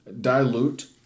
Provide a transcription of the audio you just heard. dilute